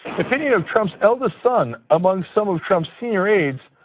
opinion of trump's eldest son among some of trump's senior aides,